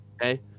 okay